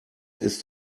ist